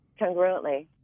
congruently